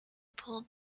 pulled